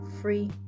free